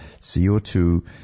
CO2